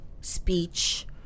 speech